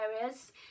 areas